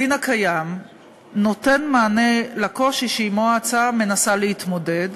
הדין הקיים נותן מענה לקושי שעמו ההצעה מנסה להתמודד,